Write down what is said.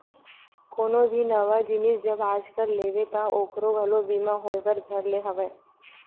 कोनो भी नवा जिनिस जब आजकल लेबे ता ओखरो घलो बीमा होय बर धर ले हवय